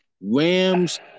Rams